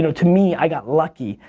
to me i got lucky.